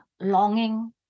longing